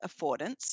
affordance